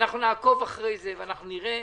נעקוב ונראה,